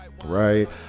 Right